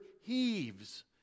heaves